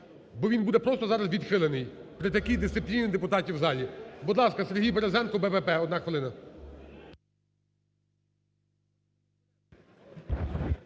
бо він буде просто зараз відхилений при такій дисципліні депутатів у залі. Будь ласка, Сергій Березенко, БПП, одна хвилина.